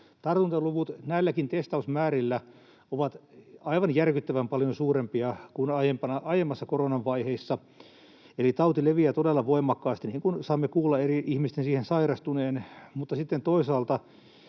Tartuntaluvut näilläkin testausmäärillä ovat aivan järkyttävän paljon suurempia kuin aiemmissa koronan vaiheissa, eli tauti leviää todella voimakkaasti, niin kuin saamme kuulla eri ihmisten siihen sairastuneen.